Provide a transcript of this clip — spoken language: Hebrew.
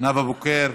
נאוה בוקר,